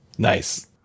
Nice